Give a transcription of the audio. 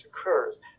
occurs